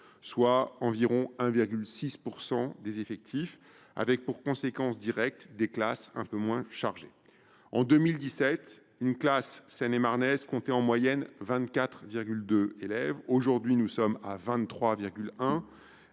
soit environ 1,6 % des effectifs, avec pour conséquence directe des classes un peu moins chargées. Ainsi, en 2017, une classe seine et marnaise comptait en moyenne 24,2 élèves contre 23,1